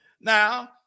Now